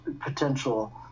potential